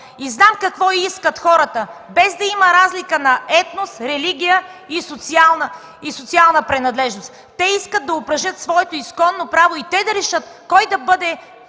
и знам какво искат хората – без да има разлика на етнос, религия и социална принадлежност. Те искат да упражнят своето изконно право и те да решат кой да бъде